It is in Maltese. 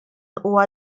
huwa